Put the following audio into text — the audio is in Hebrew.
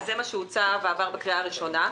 אז זה מה שהוצע ועבר בקריאה ראשונה.